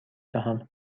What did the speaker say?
دهم